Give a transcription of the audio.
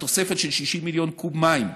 התוספת של 60 מיליון קוב מים,